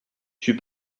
suis